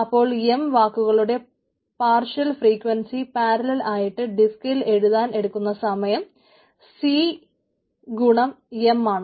അപ്പോൾ m വാക്കുകളുടെ partial frequency parallel ആയിട്ട് ഡിസ്കിൽ എഴുതാൻ എടുക്കുന്ന സമയം c x m ആണ്